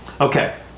Okay